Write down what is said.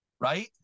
right